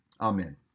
Amen